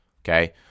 okay